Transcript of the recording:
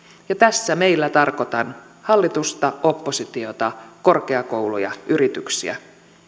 tässä meillä tarkoitan hallitusta oppositiota korkeakouluja yrityksiä